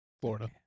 Florida